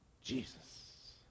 Jesus